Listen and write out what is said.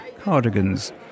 cardigans